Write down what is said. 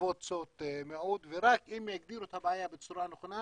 קבוצות מיעוט, ורק אם יגדירו את הבעיה בצורה נכונה